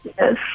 Yes